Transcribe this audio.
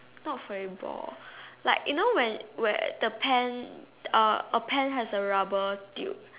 not furry ball like you know when where the pen uh a pen has a rubber tube